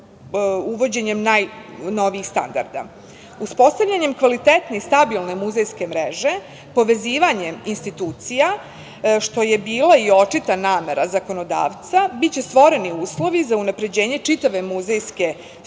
uvođenjem najnovijih standarda. Uspostavljanjem kvalitetne i stabilne muzejske mreže, povezivanjem institucija, što je bila i očita namera zakonodavca, biće stvoreni uslovi za unapređenje čitave muzejske struke